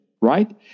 right